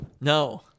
No